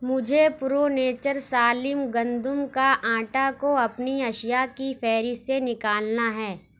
مجھے pro nature سالم گندم کا آٹا کو اپنی اشیاء کی فہرست سے نکالنا ہے